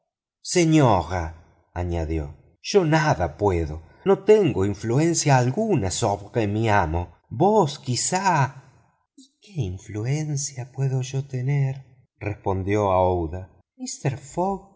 señora añadió nada puedo no tengo influencia alguna sobre mi amo vos quizá y qué influencia puedo yo tener respondió aouida mister fogg